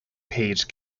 page